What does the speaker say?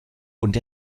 und